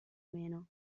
meno